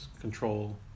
control